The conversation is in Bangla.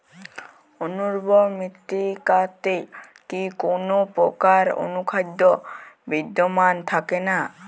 অনুর্বর মৃত্তিকাতে কি কোনো প্রকার অনুখাদ্য বিদ্যমান থাকে না?